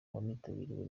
wanitabiriwe